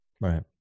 Right